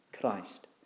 Christ